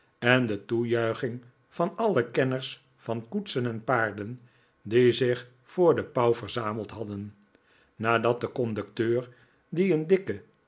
en de toejuiching van alle kenners van koetsen en paarden die zicjti voor de pauw verzameld hadden nadat de conducteur die een dikke